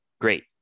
Great